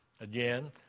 Again